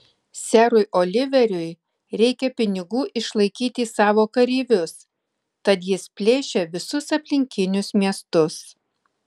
serui oliveriui reikia pinigų išlaikyti savo kareivius tad jis plėšia visus aplinkinius miestus